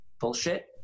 bullshit